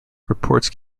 reports